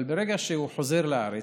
אבל ברגע שהוא חוזר לארץ,